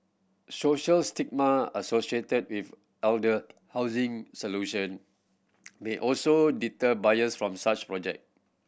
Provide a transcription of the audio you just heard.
social stigma associated with elder housing solution may also deter buyers from such project